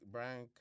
Brian